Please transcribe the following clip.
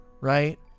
Right